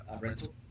rental